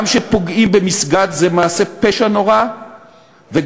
גם כשפוגעים במסגד זה מעשה פשע נורא וגם